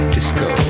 Disco